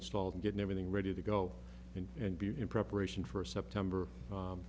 installed and getting everything ready to go in and be in preparation for september